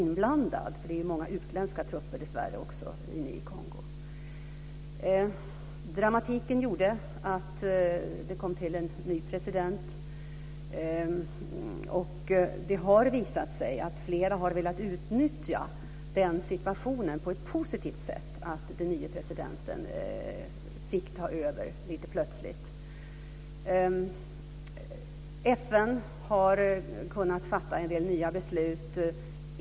Det finns dessvärre också många utländska trupper inne i Dramatiken gjorde att en ny president kom till makten. Från flera håll har man på ett positivt sätt velat utnyttja den situation som uppstod när den nye presidenten fick ta över lite plötsligt. FN har kunnat fatta en del nya beslut.